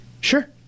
sure